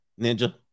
ninja